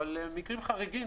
אבל יש מקרים חריגים.